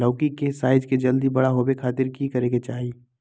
लौकी के साइज जल्दी बड़ा होबे खातिर की करे के चाही?